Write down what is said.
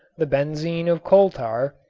the benzene of coal tar,